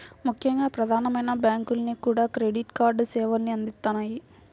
ముఖ్యంగా ప్రధానమైన బ్యాంకులన్నీ కూడా క్రెడిట్ కార్డు సేవల్ని అందిత్తన్నాయి